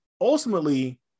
ultimately